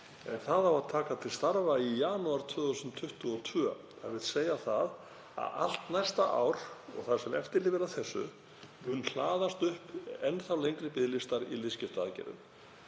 en það á að taka til starfa í janúar 2022. Þannig að allt næsta ár og það sem eftir lifir af þessu munu hlaðast upp enn lengri biðlistar í liðskiptaaðgerðir.